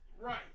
Right